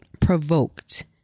provoked